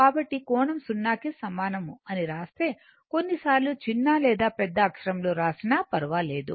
కాబట్టి కోణం 0 కి సమానం అని రాస్తే కొన్నిసార్లు చిన్న లేదా పెద్ద అక్షరంలో రాసినా పర్వాలేదు